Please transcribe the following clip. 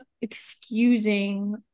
excusing